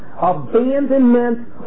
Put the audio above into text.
abandonment